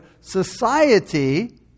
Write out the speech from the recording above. society